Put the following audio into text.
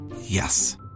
Yes